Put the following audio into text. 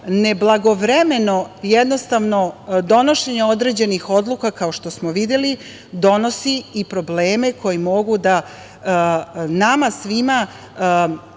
neblagovremeno jednostavno donošenje određenih odluka, kao što smo videli, donosi i probleme koji mogu da nama svima